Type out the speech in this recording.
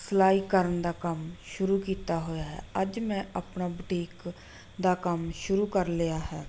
ਸਿਲਾਈ ਕਰਨ ਦਾ ਕੰਮ ਸ਼ੁਰੂ ਕੀਤਾ ਹੋਇਆ ਹੈ ਅੱਜ ਮੈਂ ਆਪਣਾ ਬੂਟੀਕ ਦਾ ਕੰਮ ਸ਼ੁਰੂ ਕਰ ਲਿਆ ਹੈ